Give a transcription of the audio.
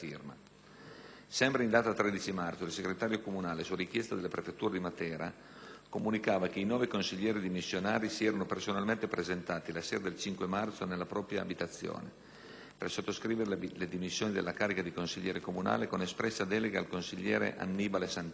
Sempre in data 13 marzo, il segretario comunale, su richiesta della prefettura di Matera, comunicava "che i nove consiglieri dimissionari si erano personalmente presentati, la sera del 5 marzo, nella propria abitazione, per sottoscrivere le dimissioni dalla carica di consigliere comunale, con espressa delega al consigliere Annibale Santagata,